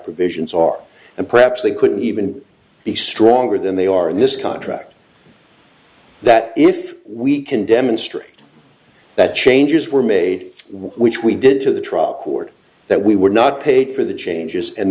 provisions are and perhaps they could even be stronger than they are in this contract that if we can demonstrate that changes were made which we did to the trial court that we were not paid for the changes and